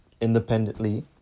independently